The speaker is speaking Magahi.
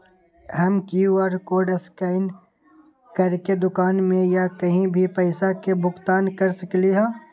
हम कियु.आर कोड स्कैन करके दुकान में या कहीं भी पैसा के भुगतान कर सकली ह?